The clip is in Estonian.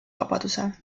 vabaduse